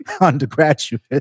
undergraduate